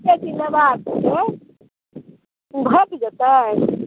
लेबाके छै भेटि जएतै